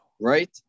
Right